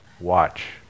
watch